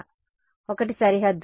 విద్యార్థి సరిహద్దులు